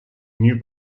new